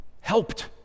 helped